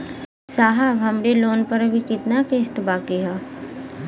साहब हमरे लोन पर अभी कितना किस्त बाकी ह?